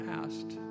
asked